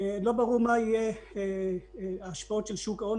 לא ברור מה יהיו ההשפעות של שוק ההון.